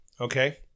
okay